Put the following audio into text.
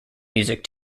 music